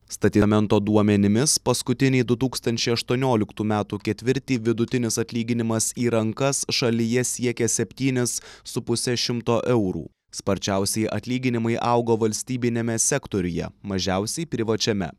stateomento duomenimis paskutinį du tūkstančiai aštuonioliktų metų ketvirtį vidutinis atlyginimas į rankas šalyje siekia septynis su puse šimto eurų sparčiausiai atlyginimai augo valstybiniame sektoriuje mažiausiai privačiame